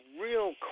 real